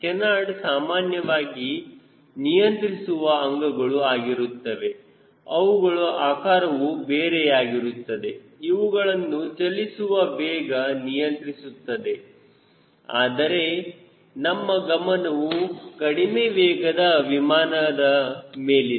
canard ಸಾಮಾನ್ಯವಾಗಿ ನಿಯಂತ್ರಿಸುವ ಅಂಗಗಳು ಆಗಿರುತ್ತವೆ ಅವುಗಳ ಆಕಾರವೂ ಬೇರೆಯಾಗಿರುತ್ತದೆ ಇವುಗಳನ್ನು ಚಲಿಸುವ ವೇಗ ನಿಯಂತ್ರಿಸುತ್ತದೆ ಆದರೆ ನಮ್ಮ ಗಮನವು ಕಡಿಮೆ ವೇಗದ ವಿಮಾನಗಳ ಮೇಲಿದೆ